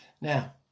Now